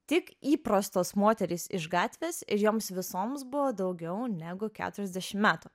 tik įprastos moterys iš gatvės joms visoms buvo daugiau negu keturiasdešim metų